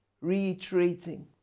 reiterating